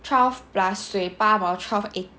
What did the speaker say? twelve plus 水八毛 twelve eighty